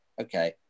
okay